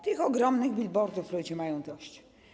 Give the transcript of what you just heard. Tych ogromnych bilbordów ludzie mają dość.